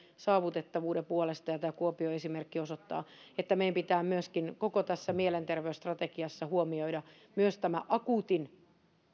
saavutettavuuden puolesta ja tämä kuopion esimerkki osoittaa että meidän pitää myöskin koko tässä mielenterveysstrategiassa huomioida myös tämä akuutin